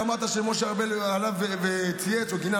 ואמרת שמשה ארבל עלה וצייץ או גינה,